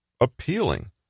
appealing